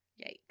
Yikes